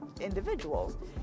individuals